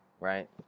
Right